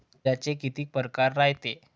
कर्जाचे कितीक परकार रायते?